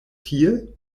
tie